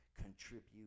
contribute